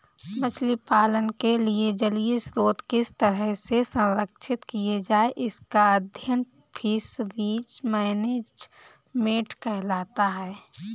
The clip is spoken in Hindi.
मछली पालन के लिए जलीय स्रोत किस तरह से संरक्षित किए जाएं इसका अध्ययन फिशरीज मैनेजमेंट कहलाता है